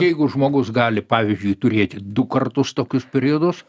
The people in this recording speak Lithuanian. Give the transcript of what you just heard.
jeigu žmogus gali pavyzdžiui turėti du kartus tokius periodus